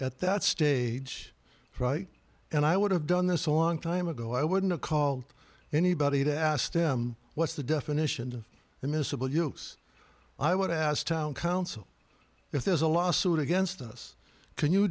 at that stage right and i would have done this a long time ago i wouldn't have called anybody to ask them what's the definition immiscible you i would ask town council if there's a lawsuit against us can you